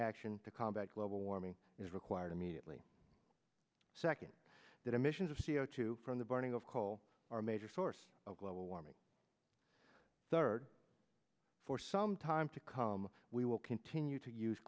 action to combat global warming is required immediately second that emissions of c o two from the burning of coal are a major source of global warming third for some time to come we will continue to use